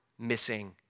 missing